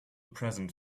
present